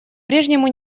прежнему